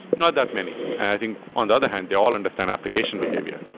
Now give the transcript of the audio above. not that many. i think on the other hand, they all understand application behavior.